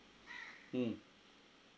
mm